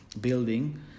building